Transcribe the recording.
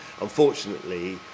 Unfortunately